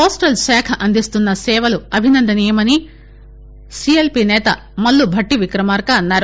పోస్టల్శాఖ అందిస్తున్న సేవలు అభినందనీయమని సీఎల్పీ నేత మల్లు భట్టివికమార్క అన్నారు